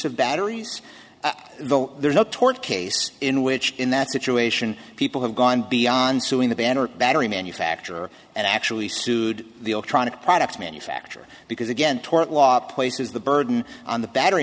of batteries though there's no tort case in which in that situation people have gone beyond suing the banner battery manufacturer and actually sued the electronic products manufacturer because again tort law places the burden on the battery